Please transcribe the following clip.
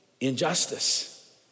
injustice